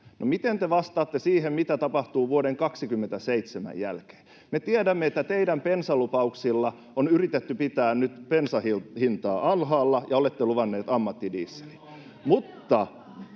miten te vastaatte siihen, mitä tapahtuu vuoden 27 jälkeen? Me tiedämme, että teidän bensalupauksillanne on yritetty pitää nyt bensan hintaa alhaalla, ja olette luvanneet ammattidieselin, [Sanna